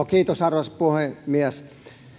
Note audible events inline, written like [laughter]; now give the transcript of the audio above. [unintelligible] kiitos arvoisa puhemies